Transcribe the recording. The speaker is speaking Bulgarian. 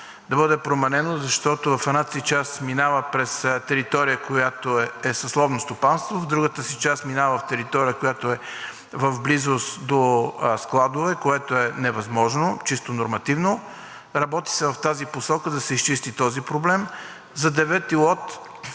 да бъде променено, защото в едната си част минава през територия, която е с ловно стопанство, а в другата си част минава в територия, която е в близост до складове, което е невъзможно, чисто нормативно. Работи се в тази посока – да се изчисти този проблем. За Лот